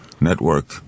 network